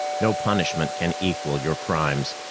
no punishment can equal your crimes,